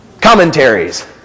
commentaries